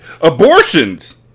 Abortions